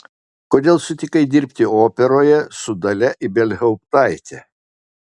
kodėl sutikai dirbti operoje su dalia ibelhauptaite